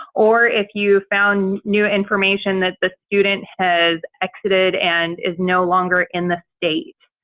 or if you found new information that the student has exited and is no longer in the state.